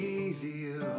easier